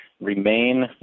remain